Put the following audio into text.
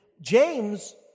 James